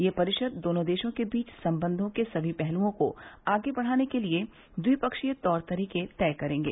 ये परिषद दोनों देशों के बीच सम्बंधों के सभी पहलुओं को आगे बढ़ाने के लिए ट्विपक्षीय तौर तरीके तय करेंगे